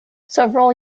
several